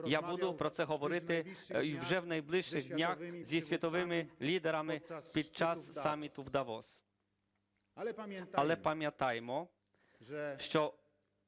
Я буду про це говорити і вже в найближчих днях зі світовими лідерами під час саміту в Давосі. Але пам'ятаємо, що